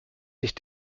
sich